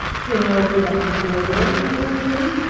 in order that a murderer may go free.